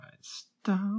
stop